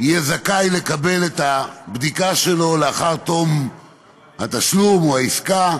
יהיה זכאי לקבל את הבדיקה שלו לאחר תום התשלום או העסקה,